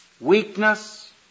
Weakness